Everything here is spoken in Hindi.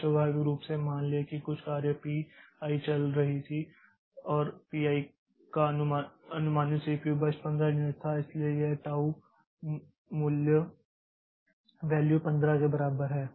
फिर स्वाभाविक रूप से मान लें कि कुछ कार्य P i चल रही थी और P i का अनुमानित सीपीयू बर्स्ट 15 यूनिट था इसलिए यह टाऊ वैल्यू 15 के बराबर है